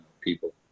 people